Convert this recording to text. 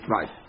Right